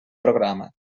programa